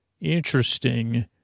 Interesting